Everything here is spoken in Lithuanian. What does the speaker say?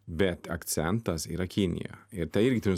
bet akcentas yra kinija ir tai irgi turi